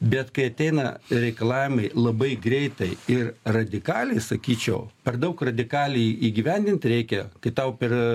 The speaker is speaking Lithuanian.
bet kai ateina reikalavimai labai greitai ir radikaliai sakyčiau per daug radikaliai įgyvendint reikia kai tau per